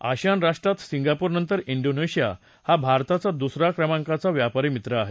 ASEAN राष्ट्रांत Singapore नंतर डोनेशिया हा भारताचा दुस या क्रमांकाचा व्यापारी मित्र आहे